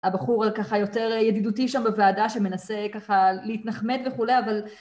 הבחור ככה יותר ידידותי שם בוועדה שמנסה ככה להתנחמד וכולי, אבל